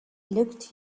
looked